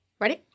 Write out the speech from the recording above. Ready